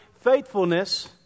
faithfulness